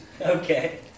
Okay